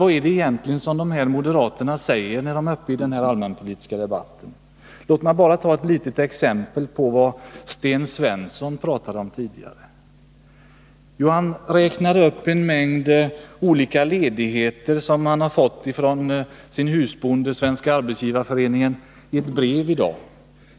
Vad är det egentligen de här moderaterna säger när de går upp i den allmänpolitiska debatten? Låt mig som exempel bara ta vad Sten Svensson talade om, Han räknade upp en mängd olika ledigheter, uppgifter som han hade fått från sin husbonde Svenska arbetsgivareföreningen i brev i dag.